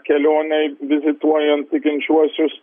kelionėj vizituojant tikinčiuosius